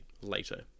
later